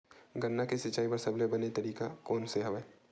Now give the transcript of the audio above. गन्ना के सिंचाई बर सबले बने तरीका कोन से हवय?